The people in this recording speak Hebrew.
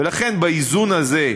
ולכן, באיזון הזה,